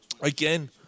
Again